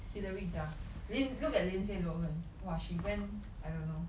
Hilary Duff lind~ look at Lindsay Lohan !wah! she went I don't know